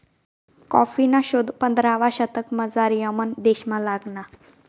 कॉफीना शोध पंधरावा शतकमझाऱ यमन देशमा लागना